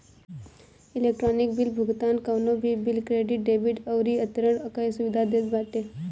electronic bill भुगतान कवनो भी बिल, क्रेडिट, डेबिट अउरी अंतरण कअ सुविधा देत बाटे